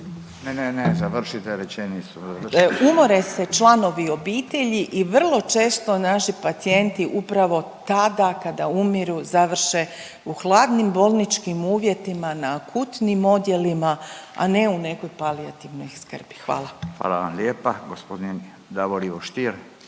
rečenicu, završite rečenicu./…umore se članovi obitelji i vrlo često naši pacijenti upravo tada kada umiru završe u hladnim bolničkim uvjetima, na akutnim odjelima, a ne u nekoj palijativnoj skrbi, hvala. **Radin, Furio (Nezavisni)**